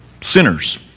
Sinners